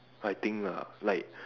I think ah like